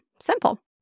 Simple